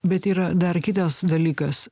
bet yra dar kitas dalykas